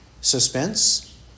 suspense